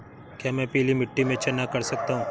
क्या मैं पीली मिट्टी में चना कर सकता हूँ?